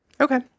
Okay